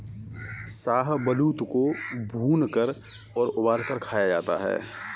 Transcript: शाहबलूत को भूनकर और उबालकर खाया जाता है